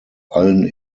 allen